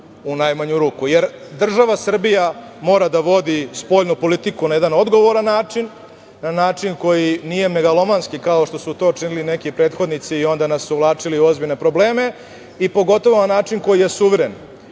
u najmanju ruku. Jer država Srbija mora da vodi spoljnu politiku na jedan odgovoran način, na način koji nije megalomanski, kao što su to činili neki prethodnici i onda nas uvlačili u ozbiljne probleme, pogotovo na način koji je suveren. Taj